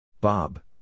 Bob